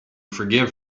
forgive